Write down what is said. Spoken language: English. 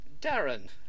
darren